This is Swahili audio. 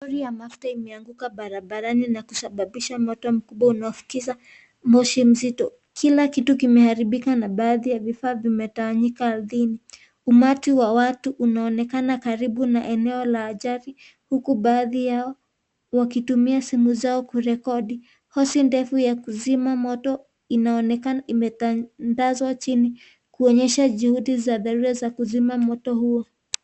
Lori la mafuta limeanguka barabarani na kusababisha moto mkubwa unaofukisha moshi mzito. Kila kitu kimeharibika na baadhi ya vifaa vimetawanyika ardhini. Umati wa watu, unaonekana karibu na eneo la ajali, huku baadhi yao wakitumia simu zao, kurekodi. Hosi ndefu ya kuzima moto inaonekana imetandazwa chini, kuonyesha juhudi za dharura za kuzima moto huo.